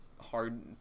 hard